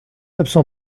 absent